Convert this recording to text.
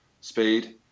speed